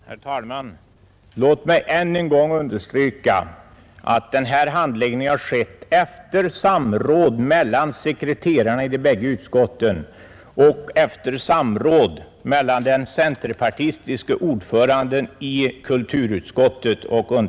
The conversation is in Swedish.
Herr talman! Låt mig än en gång understryka att denna handläggning har skett efter samråd både mellan sekreterarna i de båda utskotten och mellan den centerpartistiske ordföranden i kulturutskottet och mig.